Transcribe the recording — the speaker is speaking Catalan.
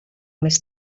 més